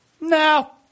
no